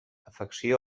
afecció